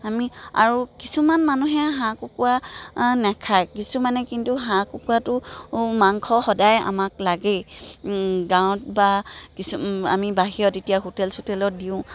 আমি আৰু কিছুমান মানুহে হাঁহ কুকুৰা নেখায় কিছুমানে কিন্তু হাঁহ কুকুৰাটো মাংস সদায় আমাক লাগেই গাঁৱত বা কিছু আমি বাহিৰত এতিয়া হোটেল চোটেলত দিওঁ